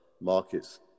markets